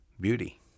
beauty